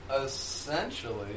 essentially